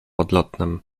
odlotnem